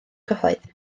cyhoedd